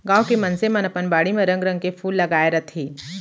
गॉंव के मनसे मन अपन बाड़ी म रंग रंग के फूल लगाय रथें